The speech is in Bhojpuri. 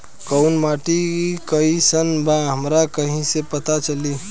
कोउन माटी कई सन बा हमरा कई से पता चली?